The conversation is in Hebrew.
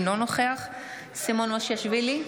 אינו נוכח סימון מושיאשוילי,